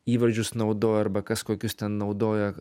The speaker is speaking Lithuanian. įvardžius naudoja arba kas kokius ten naudoja